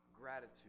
Gratitude